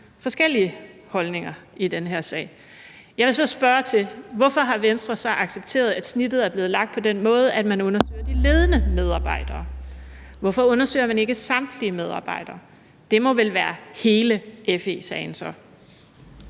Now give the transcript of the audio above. forskellige holdninger i den her sag. Jeg vil så spørge: Hvorfor har Venstre accepteret, at snittet er blevet lagt på den måde, at man undersøger de ledende medarbejdere? Hvorfor undersøger man ikke samtlige medarbejdere? Det må vel være hele FE-sagen så?